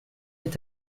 est